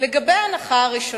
לגבי ההנחה הראשונה,